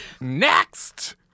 Next